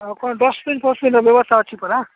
ଆଉ କ'ଣ ଡଷ୍ଟବିନ୍ ଫଷ୍ଟବିନ୍ର ବ୍ୟବସ୍ଥା ଅଛି ପରା